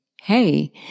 hey